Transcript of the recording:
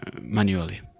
manually